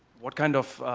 what kind of